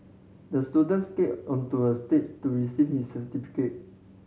the student skated onto a stage to receive his certificate